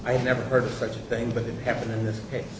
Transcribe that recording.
i never heard such a thing but it happened in this case